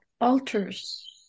altars